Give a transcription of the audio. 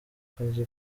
akazi